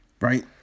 right